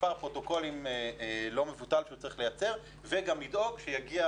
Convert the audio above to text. מספר פרוטוקולים לא מבוטל שהוא צריך לייצר וגם לדאוג שיגיע,